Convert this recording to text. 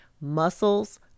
muscles